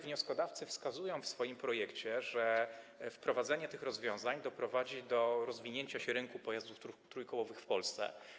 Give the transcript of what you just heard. Wnioskodawcy wskazują w swoim projekcie, że wprowadzenie tych rozwiązań doprowadzi do rozwinięcia się rynku pojazdów trójkołowych w Polsce.